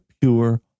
pure